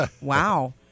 Wow